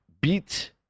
beat